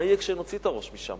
מה יהיה כשנוציא את הראש משם?